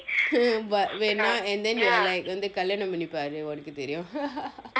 but வேணாம்:venam and then you are like வந்து கல்யாணம் பண்ணிப்பாரு ஒனக்கு தெரியும்:vanthu kalyaanam pannipparu onakku theriyum